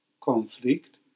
conflict